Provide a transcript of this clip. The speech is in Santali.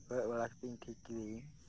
ᱠᱚᱭᱚᱜ ᱵᱟᱲᱟ ᱠᱟᱛᱮᱜ ᱤᱧ ᱴᱷᱤᱠ ᱠᱤᱫᱟᱹᱧ